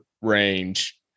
range